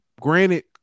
Granted